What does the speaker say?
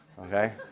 Okay